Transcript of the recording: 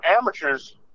amateurs